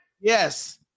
Yes